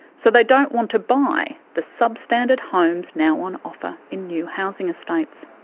so they don't want to buy the sub-standard homes now on offer in new housing estates.